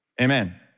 Amen